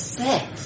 six